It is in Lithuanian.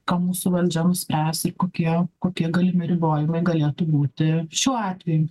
ką mūsų valdžia nuspręs ir kokie kokie galimi ribojimai galėtų būti šiuo atveju